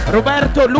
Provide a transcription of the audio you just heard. Roberto